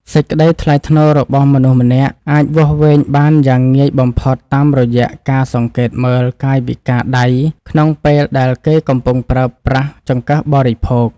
សេចក្តីថ្លៃថ្នូររបស់មនុស្សម្នាក់អាចវាស់វែងបានយ៉ាងងាយបំផុតតាមរយៈការសង្កេតមើលកាយវិការដៃក្នុងពេលដែលគេកំពុងប្រើប្រាស់ចង្កឹះបរិភោគ។